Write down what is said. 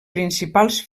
principals